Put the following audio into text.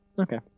Okay